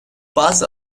bazı